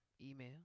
Email